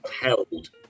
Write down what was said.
held